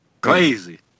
Crazy